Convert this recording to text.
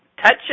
touch